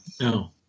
No